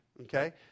Okay